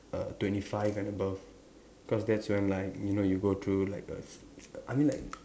err twenty five and above cause that's when like you know you go through like the s I mean like